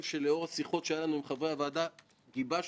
הוא חלק מן ההמלצות שאנחנו הגשנו.